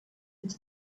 its